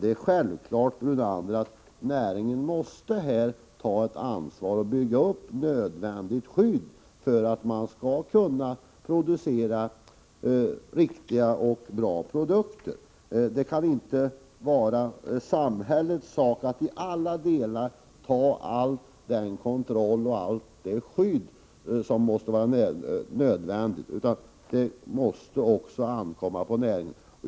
Det är självklart, Lennart Brunander, att näringen måste ta ansvar och bygga ut ett nödvändigt skydd för att man skall kunna producera riktiga och bra produkter. Det kan inte vara samhällets sak att i alla delar stå för all den kontroll och allt det skydd som behövs — det måste också ankomma på näringen.